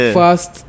first